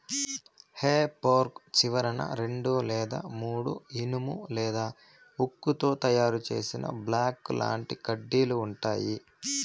హె fork చివరన రెండు లేదా మూడు ఇనుము లేదా ఉక్కుతో తయారు చేసిన బాకుల్లాంటి కడ్డీలు ఉంటాయి